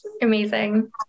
amazing